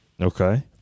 Okay